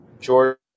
George